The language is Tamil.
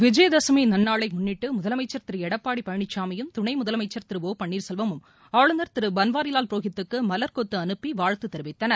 விஜயதசமி நன்னாளை முன்னிட்டு முதலமைச்சர் திரு எடப்பாடி பழனிசாமியும் துணை முதலமைச்சர் திரு ஓ பன்னீர்செல்வமும் ஆளுநர் திரு பன்வாரிவால் புரோஹித்துக்கு மலர்கொத்து அனுப்பி வாழ்த்து தெரிவித்தனர்